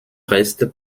restent